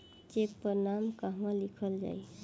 Check पर नाम कहवा लिखल जाइ?